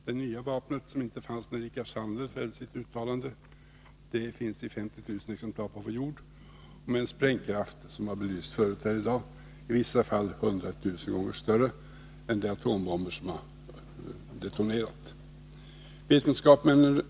Det nya vapnet, som inte fanns när Rickard Sandler gjorde sitt uttalande, finns i 50 000 exemplar på vår jord och med en sprängkraft som — det har belysts förut här i dag — i vissa fall är 100 000 gånger större än de atombombers som har detonerat.